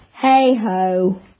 Hey-ho